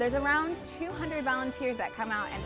there's around two hundred volunteers that come out and